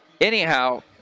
anyhow